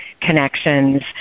connections